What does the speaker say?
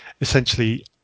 essentially